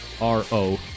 R-O